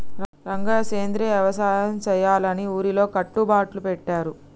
రంగయ్య సెంద్రియ యవసాయ సెయ్యాలని ఊరిలో కట్టుబట్లు పెట్టారు